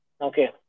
Okay